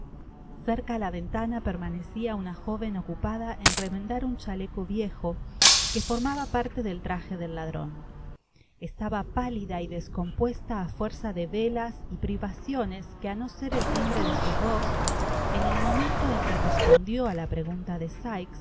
cerca la ventana permanecia una joven ocupada en remendar un chaleco viejo que formaba parte del traje del ladron estaba pálida y descompuesta á fuerza de velas y privaciones que á no ser el timbre de su voz en el momento en que respondió á la pregunta de